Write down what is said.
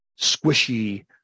squishy